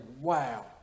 wow